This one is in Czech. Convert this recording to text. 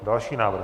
Další návrh.